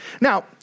Now